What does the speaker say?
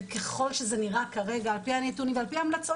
וככל שזה נראה כרגע על פי הנתונים ועל פי ההמלצות